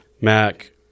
Mac